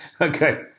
Okay